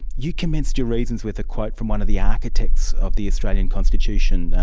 you commenced your reasons with a quote from one of the architects of the australian constitution,